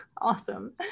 Awesome